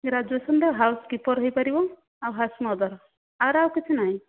ଗ୍ରାଜୁଏସନର house keeper ହୋଇପାରିବ ଆଉ house mother ଆର ଆଉ କିଛି ନାହିଁ